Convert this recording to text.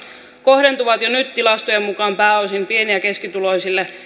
kohdentuvat jo nyt tilastojen mukaan pääosin pieni ja keskituloisille